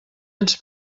ens